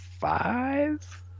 five